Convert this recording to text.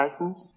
license